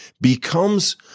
becomes